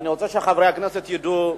ואני רוצה שחברי הכנסת ידעו,